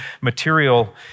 material